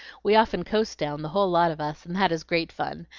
we often coast down, the whole lot of us, and that is great fun.